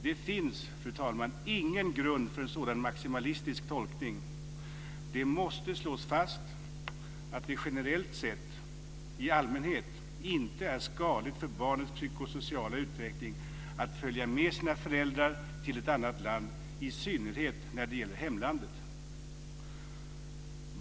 Det finns, fru talman, ingen grund för en sådan maximalistisk tolkning. Det måste slås fast att det generellt sett i allmänhet inte är skadligt för barnets psykosociala utveckling att följa med sina föräldrar till ett annat land, i synnerhet när det gäller hemlandet.